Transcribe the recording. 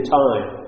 time